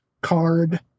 card